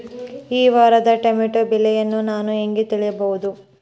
ಈ ವಾರದ ಟೊಮೆಟೊ ಬೆಲೆಯನ್ನು ನಾನು ಹೇಗೆ ತಿಳಿಯಬಹುದು?